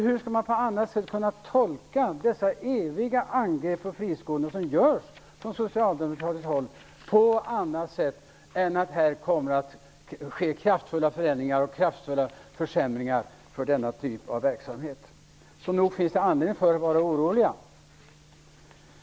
Hur skall man kunna tolka dessa eviga angrepp på friskolorna som görs från socialdemokratiskt håll på annat sätt än att här kommer att ske kraftfulla förändringar och kraftfulla försämringar för denna typ av verksamhet? Nog finns det anledning för dessa människor att vara oroliga.